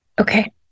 Okay